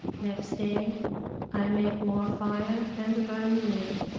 next day i make more fire and burn you.